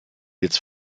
jetzt